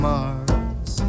Mars